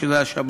שבת.